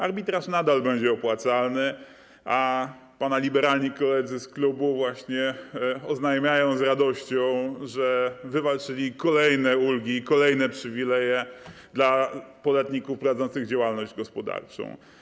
Arbitraż nadal będzie opłacalny, a pana liberalni koledzy z klubu właśnie z radością oznajmiają, że wywalczyli kolejne ulgi i kolejne przywileje dla podatników prowadzących działalność gospodarczą.